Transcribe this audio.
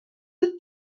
the